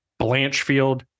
Blanchfield